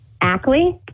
Ackley